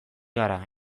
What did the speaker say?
gara